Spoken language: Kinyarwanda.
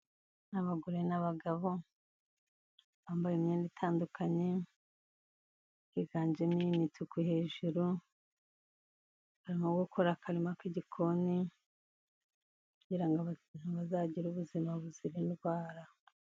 Abagore n'abagabo bambaye imyenda itandukanye, higanjemo iy'imituku hejuru, barimo gukora akarima k'igikoni, kugira ngo bazagire ubuzima buzira indwara.